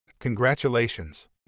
Congratulations